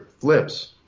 flips